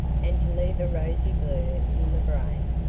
and to leave a rosy blur in the brain.